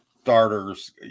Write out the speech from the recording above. starters